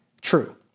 true